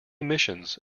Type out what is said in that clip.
missions